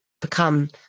become